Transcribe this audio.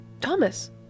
Thomas